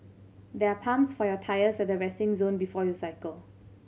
there are pumps for your tyres at the resting zone before you cycle